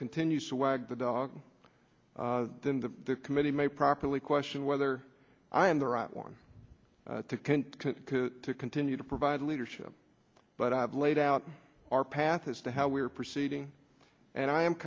continues to wag the dog then the committee may properly question whether i am the right one to continue to provide leadership but i've laid out our path as to how we are proceeding and i am